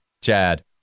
Chad